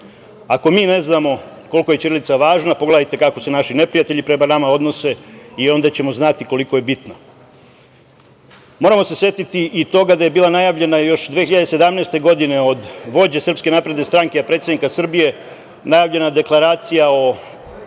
mi ne znamo koliko je ćirilica važna, pogledajte kako se naši neprijatelji prema nama odnose i onda ćemo znati koliko je bitna. Moramo se setiti i toga da je bila najavljena još 2017. godine, od vođe Srpske napredne stranke a predsednika Srbije, Deklaracija o